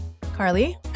carly